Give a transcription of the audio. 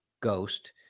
Ghost